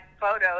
photos